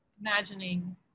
Imagining